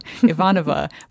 Ivanova